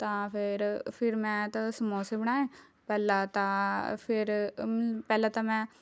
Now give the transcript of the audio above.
ਤਾਂ ਫੇਰ ਫਿਰ ਮੈਂ ਤਾਂ ਸਮੋਸੇ ਬਣਾਏ ਪਹਿਲਾਂ ਤਾਂ ਫਿਰ ਪਹਿਲਾਂ ਤਾਂ ਮੈਂ